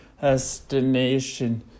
destination